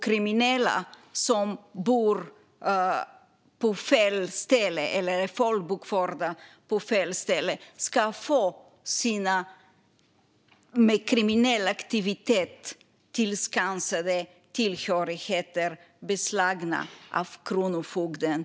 Kriminella som bor på fel ställe eller är folkbokförda på fel ställe ska få sina med kriminell aktivitet tillskansade tillhörigheter beslagtagna av kronofogden.